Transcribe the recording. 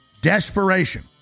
Desperation